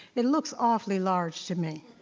it looks awfully large to me.